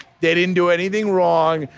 they didn't do anything wrong.